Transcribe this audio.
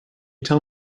tell